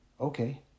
okay